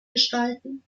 gestalten